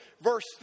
verse